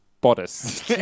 bodice